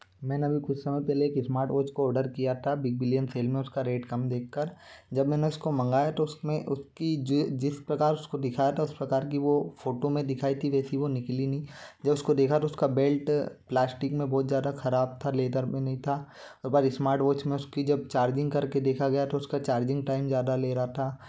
मैंने अभी कुछ समय पहले एक इस्मार्ट वाच को ओडर किया था बिग बिलियन सेल में उसका रेट कम देख कर जब मैंने उसको मंगाया तो उस में उसकी जि जिस प्रकार उसको दिखाया था उस प्रकार की वो फ़ोटो में दिखाई थी वैसी वो निकली नहीं जब उसको देखा तो उसका बेल्ट प्लास्टिक में बहुत ज़्यादा ख़राब था लेदर में नहीं था पर इस्मार्ट वाच में उसकी जब चार्जिंग कर के देखा गया तो उसका चार्जिंग टाइम ज़्यादा ले रहा था